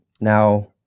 now